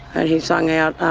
and he sung out,